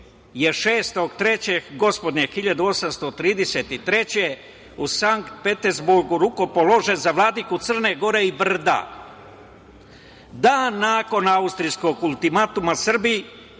godine u Sankt Petersburgu rukopoložen za vladiku Crne Gore i Brda. Dan nakon austrijskog ultimatuma Srbiju